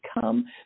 come